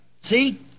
See